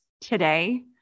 today